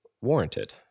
warranted